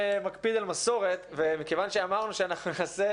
כנציגת משרד החינוך אני רוצה לשתף בדברים שאנחנו עושים